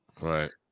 Right